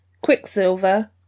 Quicksilver